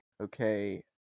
okay